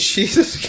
Jesus